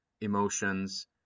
emotions